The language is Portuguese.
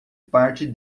parte